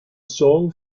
song